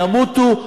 ימותו.